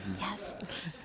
Yes